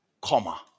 comma